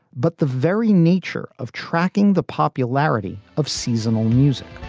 but the very nature of tracking the popularity of seasonal music